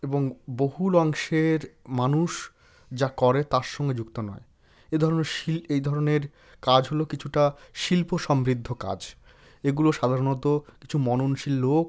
এবং বহুল অংশের মানুষ যা করে তার সঙ্গে যুক্ত নয় এই ধরনের এই ধরনের কাজ হলো কিছুটা শিল্প সমৃদ্ধ কাজ এগুলো সাধারণত কিছু মননশীল লোক